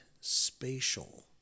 spatial